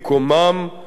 גם על-פי החלטות ממשלה.